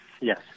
Yes